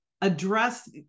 address